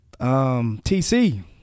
TC